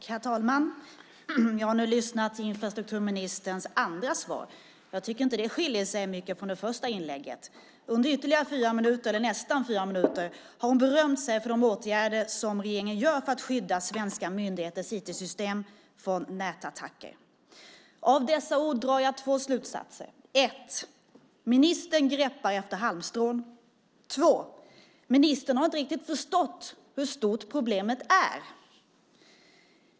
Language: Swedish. Herr talman! Jag har nu lyssnat till infrastrukturministerns andra svar. Jag tycker inte det skiljer sig mycket från det första inlägget. Under ytterligare nästan fyra minuter har hon berömt sig för de åtgärder som regeringen vidtar för att skydda svenska myndigheters IT-system från nätattacker. Av dessa ord drar jag två slutsatser, nämligen att ministern greppar efter halmstrån och att ministern inte riktigt förstått hur stort problemet är.